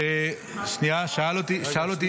אדוני שר הפנים,